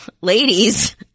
Ladies